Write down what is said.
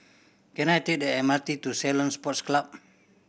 can I take the M R T to Ceylon Sports Club